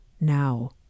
Now